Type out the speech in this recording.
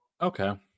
okay